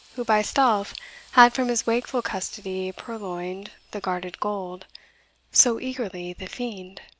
who by stealth had from his wakeful custody purloined the guarded gold so eagerly the fiend